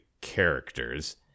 characters